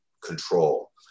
control